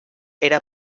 era